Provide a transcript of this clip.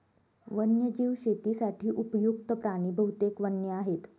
वन्यजीव शेतीसाठी उपयुक्त्त प्राणी बहुतेक वन्य आहेत